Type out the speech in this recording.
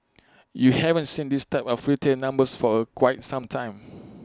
you haven't seen this type of retail numbers for A quite some time